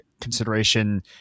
consideration